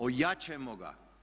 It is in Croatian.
Ojačajmo ga.